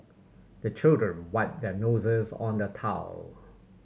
the children wipe their noses on the towel